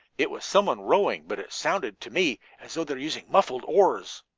it was someone rowing, but it sounded to me as though they were using muffled oars.